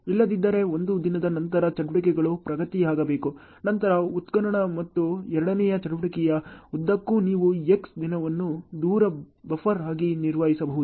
ಇಲ್ಲದಿದ್ದರೆ ಒಂದು ದಿನದ ನಂತರ ಚಟುವಟಿಕೆಗಳು ಪ್ರಗತಿಯಾಗಬೇಕು ನಂತರ ಉತ್ಖನನ ಮತ್ತು ಎರಡನೆಯ ಚಟುವಟಿಕೆಯ ಉದ್ದಕ್ಕೂ ನೀವು X ದಿನವನ್ನು ದೂರ ಬಫರ್ ಆಗಿ ನಿರ್ವಹಿಸಬಹುದು